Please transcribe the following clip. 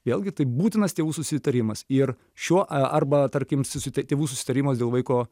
vėlgi tai būtinas tėvų susitarimas ir šiuo a arba tarkim susite tėvų susitarimas dėl vaiko